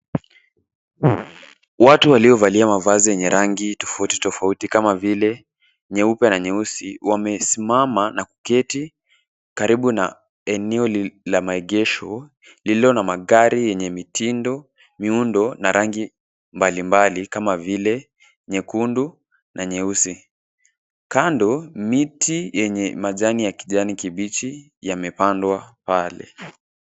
Watu waliovalia mavazi yenye rangi tofauti tofauti, kama vile nyeupe na nyeusi, wamesimama na kuketi karibu na eneo la maegesho, lililo na magari yenye mitindo, miundo na rangi mbalimbali, kama vile nyekundu na nyeusi. Kando miti yenye majani ya kijani kibichi, imepandwa pale.